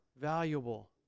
valuable